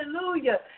Hallelujah